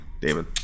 David